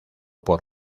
por